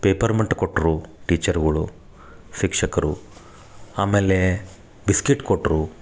peppermint ಕೊಟ್ಟರು ಟೀಚರ್ಗುಳು ಶಿಕ್ಷಕರು ಆಮೇಲೆ ಬಿಸ್ಕೆಟ್ ಕೊಟ್ಟರು